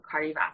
cardiovascular